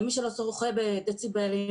למי שלא שוחה בדציבלים,